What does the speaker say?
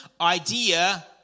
idea